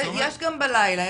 יש גם בלילה.